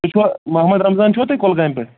تُہۍ چھُوا محمد رمضان چھُوا تُہۍ کۄلگامہِ پٮ۪ٹھ